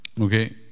Okay